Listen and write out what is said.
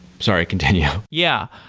sorry. continue. yeah.